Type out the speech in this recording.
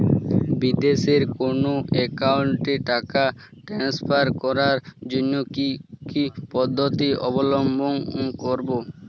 বিদেশের কোনো অ্যাকাউন্টে টাকা ট্রান্সফার করার জন্য কী কী পদ্ধতি অবলম্বন করব?